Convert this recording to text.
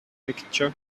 picture